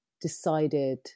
decided